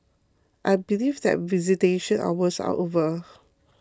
I believe that visitation hours are over